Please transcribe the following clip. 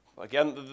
Again